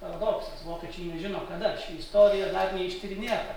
paradoksas vokiečiai nežino kada istorija dar neištyrinėta